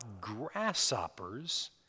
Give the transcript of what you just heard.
grasshoppers